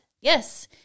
Yes